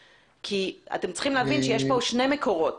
והדברים שאנחנו רוצים להוביל כדי לשפר את הטיפול בנושא הזה.